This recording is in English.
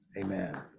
amen